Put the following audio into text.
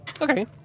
Okay